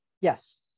Yes